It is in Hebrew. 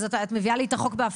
אז את מביאה לי את החוק בהפוכה?